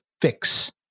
fix